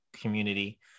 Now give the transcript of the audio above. community